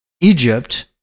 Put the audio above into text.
Egypt